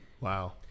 Wow